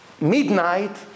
Midnight